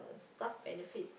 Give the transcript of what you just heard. staff benefit